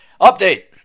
Update